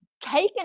taken